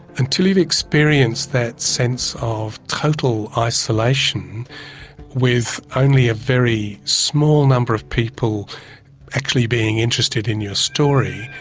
until you've experienced that sense of total isolation with only a very small number of people actually being interested in your story,